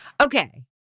Okay